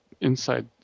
inside